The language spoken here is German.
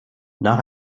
nach